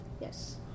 Yes